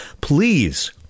Please